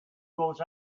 goes